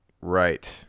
Right